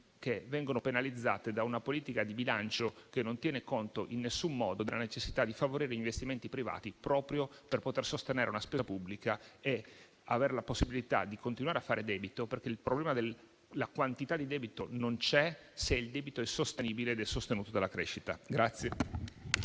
che vengono penalizzate da una politica di bilancio che non tiene conto in nessun modo della necessità di favorire gli investimenti privati, proprio per poter sostenere la spesa pubblica e continuare a fare debito. Il problema della quantità di debito non c'è, infatti, se esso è sostenibile ed è sostenuto dalla crescita.